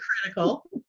critical